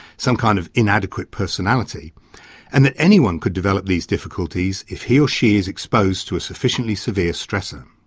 some kind of inadequate personality and that anyone could develop these difficulties if he or she is exposed to a sufficiently severe stressor.